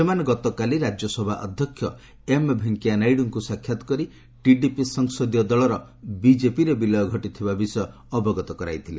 ସେମାନେ ଗତକାଲି ରାଜ୍ୟସଭା ଅଧ୍ୟକ୍ଷ ଏମ୍ ଭେଙ୍କିୟାନାଇଡୁଙ୍କୁ ସାକ୍ଷାତ କରି ଟିଡିପି ସଂସଦୀୟ ଦଳର ବିଜେପିରେ ବିଲୟ ଘଟିଥିବା ବିଷୟ ଅବଗତ କରାଇଥିଲେ